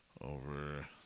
over